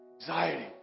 Anxiety